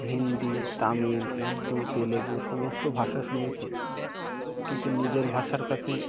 হিন্দি তামিল উর্দু তেলুগু সমস্ত ভাষা শুনেছি কিন্তু নিজের ভাষার কাছে